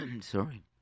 sorry